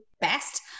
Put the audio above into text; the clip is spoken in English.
best